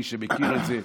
מי שמכיר את זה,